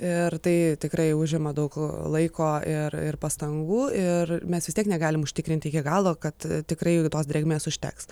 ir tai tikrai užima daug laiko ir ir pastangų ir mes vis tiek negalim užtikrinti iki galo kad tikrai tos drėgmės užteks